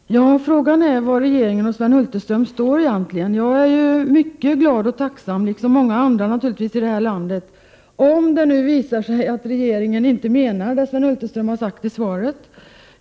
Herr talman! Frågan är var regeringen och Sven Hulterström står egentligen. Jag är mycket glad och tacksam, liksom naturligtvis många andra i det här landet, om det visar sig att regeringen inte menar det Sven Hulterström har sagt i svaret.